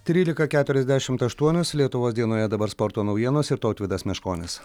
trylika keturiasdešimt aštuonios lietuvos dienoje dabar sporto naujienos ir tautvydas meškonis